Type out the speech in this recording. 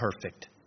perfect